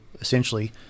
essentially